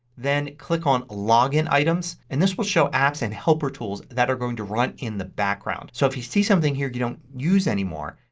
then click on login items. and this will show apps and helper tools that are going to run in the background. so if you see something here that you don't use anymore,